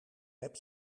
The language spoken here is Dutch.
heb